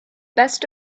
best